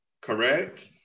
Correct